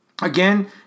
Again